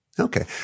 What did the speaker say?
Okay